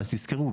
אז תזכרו,